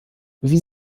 wie